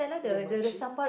the makcik